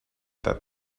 that